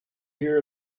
here